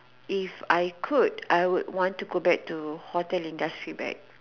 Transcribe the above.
if I could I would want to go back to hotel industry back